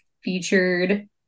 featured